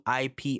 IP